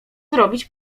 zrobić